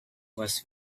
was